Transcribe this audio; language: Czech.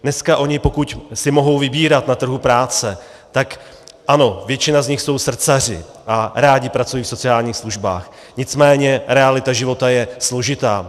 Dneska oni, pokud si mohou vybírat na trhu práce, tak ano, většina z nich jsou srdcaři a rádi pracují v sociálních službách, nicméně realita života je složitá.